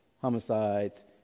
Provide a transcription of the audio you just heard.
homicides